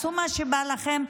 תעשו מה שבא לכן,